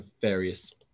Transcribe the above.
various